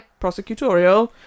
Prosecutorial